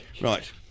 right